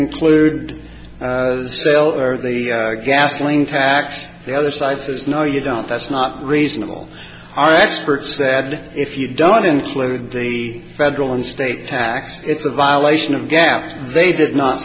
include the sale or the gasoline fact the other side says no you don't that's not reasonable our experts sad if you don't include the federal and state tax it's a violation of gap they did not